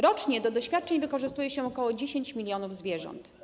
Rocznie do doświadczeń wykorzystuje się ok. 10 mln zwierząt.